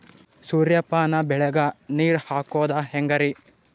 ಸೂರ್ಯಪಾನ ಬೆಳಿಗ ನೀರ್ ಹಾಕೋದ ಹೆಂಗರಿ?